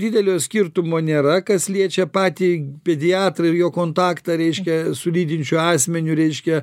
didelio skirtumo nėra kas liečia patį pediatrą ir jo kontaktą reiškia su lydinčiu asmeniu reiškia